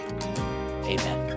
amen